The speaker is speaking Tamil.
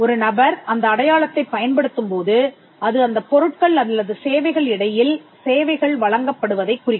ஒரு நபர் அந்த அடையாளத்தைப் பயன்படுத்தும்போது அது அந்தப் பொருட்கள் அல்லது சேவைகள் இடையில் சேவைகள் வழங்கப்படுவதைக் குறிக்கும்